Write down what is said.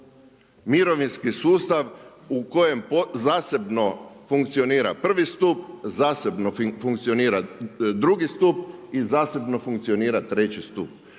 mirovinski sustav u kojem zasebno funkcionira prvi stup, zasebno funkcionira drugi stup i zasebno funkcionira treći stup.